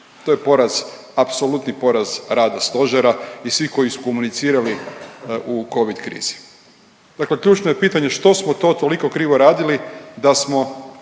To je poraz, apsolutni poraz rada stožera i svih koji su komunicirali u Covid krizi. Dakle ključno je pitanje što smo to toliko krivo radili da smo